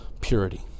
purity